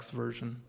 version